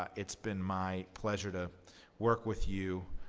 it's been my pleasure to work with you,